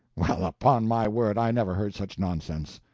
well, upon my word, i never heard such nonsense!